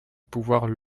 pouvoirs